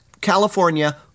California